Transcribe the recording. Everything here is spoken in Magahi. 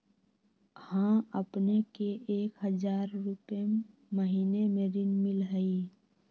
हां अपने के एक हजार रु महीने में ऋण मिलहई?